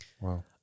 Wow